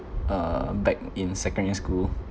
uh back in secondary school